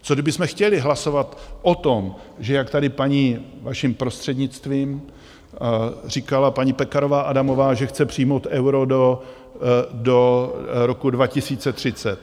Co kdybychom chtěli hlasovat o tom, že jak tady paní, vaším prostřednictvím, říkala paní Pekarová Adamová, že chce přijmout euro do roku 2030?